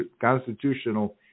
constitutional